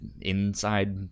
inside